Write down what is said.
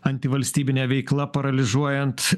antivalstybine veikla paralyžiuojant